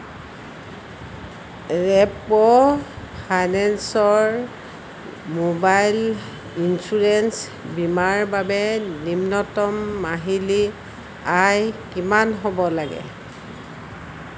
ৰেপ্ক' ফাইনেন্সৰ mobile insurance বীমাৰ বাবে নিম্নতম মাহিলী আয় কিমান হ'ব লাগে